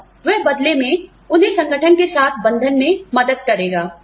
और वह बदले में उन्हें संगठन के साथ बंधन में मदद करेगा